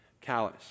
callous